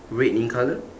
red in colour